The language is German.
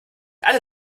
alle